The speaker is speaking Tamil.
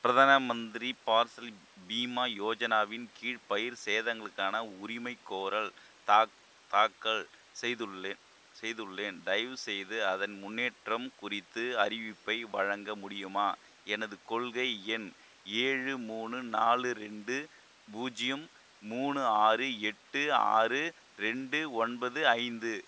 பிரதம மந்திரி பாசல் பீமா யோஜனாவின் கீழ் பயிர் சேதங்களுக்கான உரிமைகோரல் தாக் தாக்கல் செய்துள்ளேன் செய்துள்ளேன் தயவுசெய்து அதன் முன்னேற்றம் குறித்து அறிவிப்பை வழங்க முடியுமா எனது கொள்கை எண் ஏழு மூணு நாலு ரெண்டு பூஜ்யம் மூணு ஆறு எட்டு ஆறு ரெண்டு ஒன்பது ஐந்து